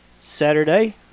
Saturday